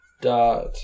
Dot